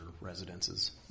residences